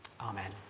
Amen